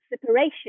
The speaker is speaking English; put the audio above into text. separation